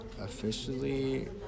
Officially